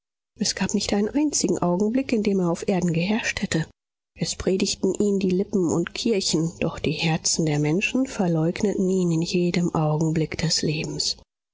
es gab nicht einen einzigen augenblick in dem er auf erden geherrscht hätte es predigten ihn die lippen und kirchen doch die herzen der menschen verleugneten ihn in jedem augenblick des lebens